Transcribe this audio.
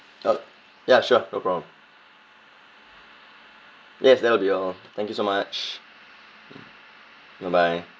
ok~ ya sure no problem yes that would be all thank you so much goodbye